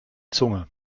zunge